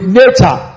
nature